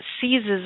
seizes